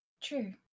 True